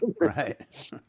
Right